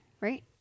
Right